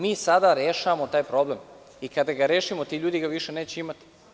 Mi sada rešavamo taj problem i kada ga rešimo ti ljudi ga više neće imati.